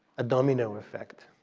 a domino effect,